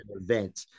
event